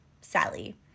Sally